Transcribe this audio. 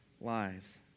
lives